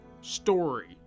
story